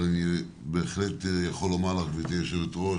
אני בהחלט יכול לומר לך, גברתי היושבת-ראש,